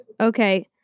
Okay